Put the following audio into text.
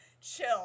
chill